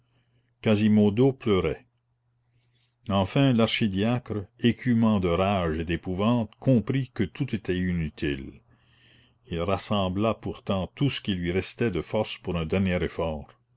quasimodo pleurait enfin l'archidiacre écumant de rage et d'épouvante comprit que tout était inutile il rassembla pourtant tout ce qui lui restait de force pour un dernier effort